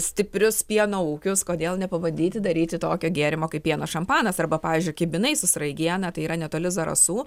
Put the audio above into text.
stiprius pieno ūkius kodėl nepabandyti daryti tokio gėrimo kaip pieno šampanas arba pavyzdžiui kibinai su sraigiena tai yra netoli zarasų